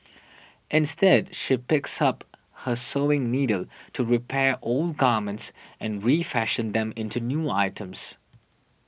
instead she picks up her sewing needle to repair old garments and refashion them into new items